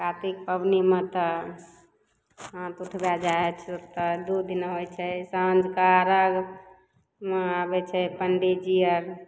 कातिक पबनीमे तऽ हाथ उठबय जाइ हइ तऽ ओकर दू दिना होइ छै सँझुका अर्घ उहाँ अबय छै पण्डितजी आर